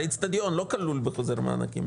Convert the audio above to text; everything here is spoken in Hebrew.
הרי אצטדיון לא כלול בחוזר מענקים,